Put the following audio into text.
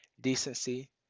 decency